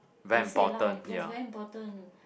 basic lah yes very important